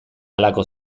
halako